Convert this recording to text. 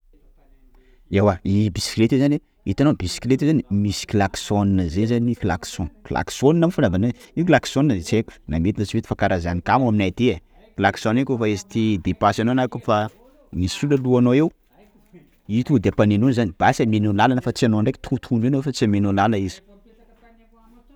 Ewa i bisileta io zany itanao bisikileta io zany, misy klaxon zay zany klaxon, klaxon moa fanaovana an'io, io klaxon de tsy haiko na mety na tsy mety fa karanzany kamo aminay aty e! klaxon io kôfa misy izy te hidepasse anao na kôfa misy olona alohanao eo; io tonga de ampanenony zany basy amenao lalana fa tsy anao ndreky toton-dreo enao refa tsy amenao lalana izy.